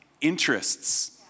interests